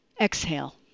exhale